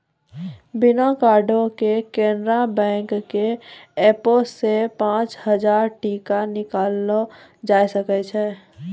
बिना कार्डो के केनरा बैंक के एपो से पांच हजार टका निकाललो जाय सकै छै